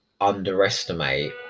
underestimate